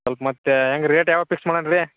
ಸ್ವಲ್ಪ ಮತ್ತು ಹೆಂಗೆ ರೇಟ್ ಯಾವಾಗ ಫಿಕ್ಸ್ ಮಾಡೋಣ ರೀ